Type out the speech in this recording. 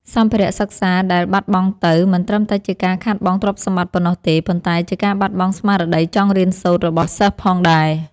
សម្ភារៈសិក្សាដែលបាត់បង់ទៅ មិនត្រឹមតែជាការខាតបង់ទ្រព្យសម្បត្តិប៉ុណ្ណោះទេ ប៉ុន្តែជាការបាត់បង់ស្មារតីចង់រៀនសូត្ររបស់សិស្សផងដែរ។